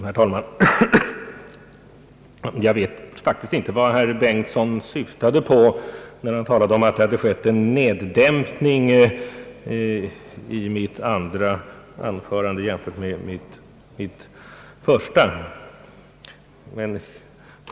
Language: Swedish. Herr talman! Jag vet faktiskt inte vad herr Bengtson syftade på när han talade om att det skett en neddämpning i mitt andra anförande jämfört med mitt första.